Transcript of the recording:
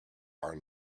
are